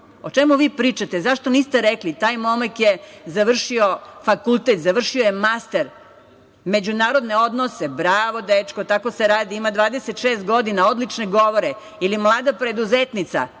o čemu vi pričate? Zašto niste rekli – taj momak je završio fakultet, završio je master, međunarodne odnose, bravo, dečko, tako se radi, ima 26 godina, odlične govore. Ili, mlada preduzetnica